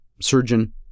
surgeon